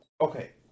okay